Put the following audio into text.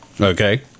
Okay